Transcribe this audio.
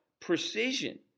precision